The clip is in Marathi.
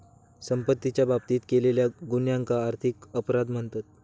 संपत्तीच्या बाबतीत केलेल्या गुन्ह्यांका आर्थिक अपराध म्हणतत